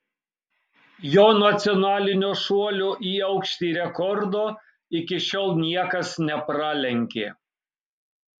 jo nacionalinio šuolio į aukštį rekordo iki šiol niekas nepralenkė